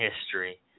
history